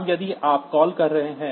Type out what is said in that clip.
अब यदि आप कॉल कर रहे हैं